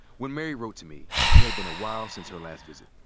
when mary wrote to me, it had been a while since her last visit.